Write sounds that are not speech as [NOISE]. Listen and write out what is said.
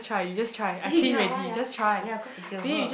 [BREATH] eh ya why ah ya cause is silver